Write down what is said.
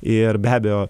ir be abejo